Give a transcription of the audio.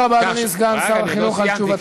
תודה רבה, אדוני סגן שר החינוך, על תשובתך.